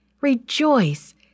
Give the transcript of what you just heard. Rejoice